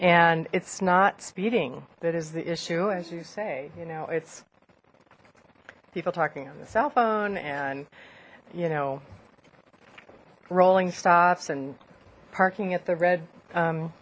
and it's not speeding that is the issue as you say you know it's people talking on the cell phone and you know rolling stops and parking at the red